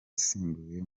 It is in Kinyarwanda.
asimbuye